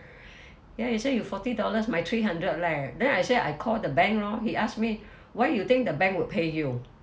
ya you say you forty dollars my three hundred leh then I say I called the bank lor he ask me why you think the bank will pay you